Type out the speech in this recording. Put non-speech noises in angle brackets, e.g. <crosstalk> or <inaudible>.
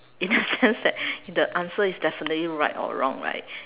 it's just that <laughs> the answer is definitely right or wrong right